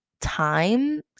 time